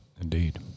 indeed